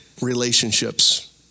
relationships